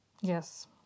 Yes